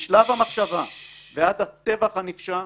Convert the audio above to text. משלב המחשבה ועד הטבח הנפשע,